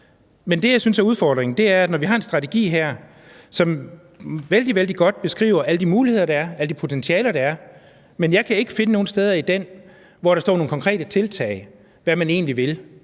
Men det, som jeg synes er udfordringen, er, at vi har en strategi her, som vældig, vældig godt beskriver alle de muligheder, der er, alle de potentialer, der er, men jeg kan ikke finde nogen steder i den, hvor der står nogle konkrete tiltag, der beskriver, hvad man egentlig vil.